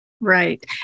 Right